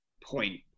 point